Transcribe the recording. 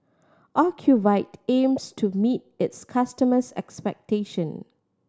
ocuvite aims to meet its customers' expectation